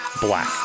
black